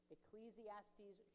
Ecclesiastes